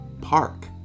park